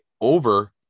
over